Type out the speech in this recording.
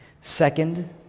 Second